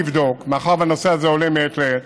מאחר שהנושא הזה עולה מעת לעת,